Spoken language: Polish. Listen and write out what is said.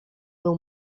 był